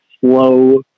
slow